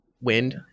wind